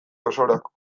osorako